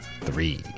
three